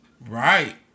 Right